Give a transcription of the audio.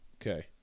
okay